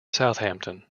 southampton